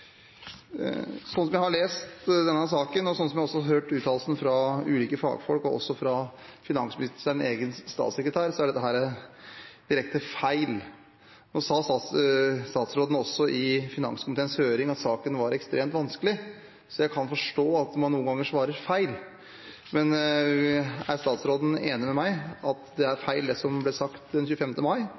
Sånn som jeg har lest denne saken, og sånn som jeg også har hørt uttalelsen fra ulike fagfolk og også fra finansministerens egen statssekretær, er dette direkte feil. Nå sa statsråden også i finanskomiteens høring at saken var ekstremt vanskelig, så jeg kan forstå at man noen ganger svarer feil, men er statsråden enig med meg i at det er feil det som ble sagt 25. mai?